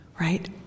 Right